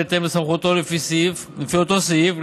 בהתאם לסמכותו לפי אותו סעיף,